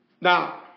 Now